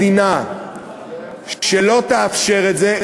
מדינה שלא תאפשר את זה,